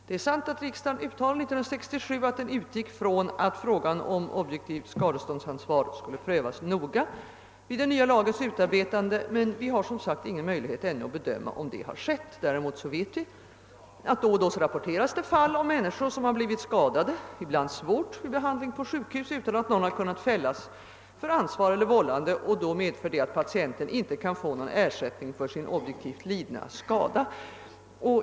Det är sant, att riksdagen år 1967 uttalade att den utgick från att frågan om objektivt skadeståndsansvar skulle prövas noga vid den nya lagens utarbetande, men vi har som sagt ännu inte någon möjlighet att bedöma, om så har skett. Däremot vet vi att det då och då rapporteras fall då människor har blivit skadade — ibland svårt — vid behandling på sjukhus utan att någon har kunnat fällas till ansvar för vållande. Detta medför att patienten då inte kan erhålla någon ersättning för sin objektivt lidna skada.